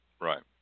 right